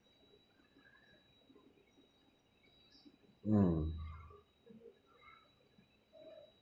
mm